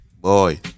Boy